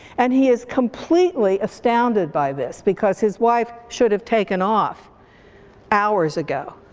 and he is completely astounded by this because his wife should have taken off hours ago.